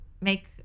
make